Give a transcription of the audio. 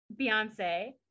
Beyonce